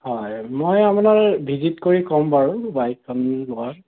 হয় মই আপোনাৰ ভিজিট কৰি কম বাৰু ৱাইফ ফেমিলী ঘৰত